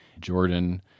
Jordan